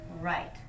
Right